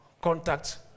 contact